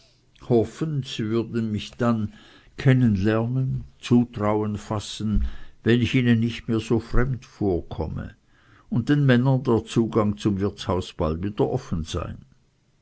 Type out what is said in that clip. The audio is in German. sie würden mich dann kennen lernen zutrauen fassen wenn ich ihnen nicht mehr so fremd vorkomme und den männern der zugang zum wirtshause bald wieder offen sein